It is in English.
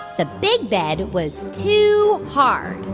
the big bed was too hard